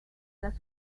las